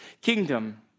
kingdom